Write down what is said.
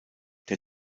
der